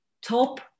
top